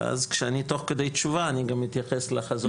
ותוך כדי תשובה אני אתייחס גם לחזון.